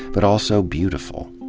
but also beautiful.